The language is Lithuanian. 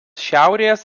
šiaurės